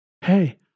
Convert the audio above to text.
hey